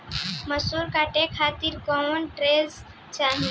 मैसूर काटे खातिर कौन ट्रैक्टर चाहीं?